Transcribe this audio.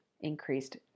increased